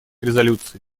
резолюции